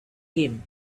him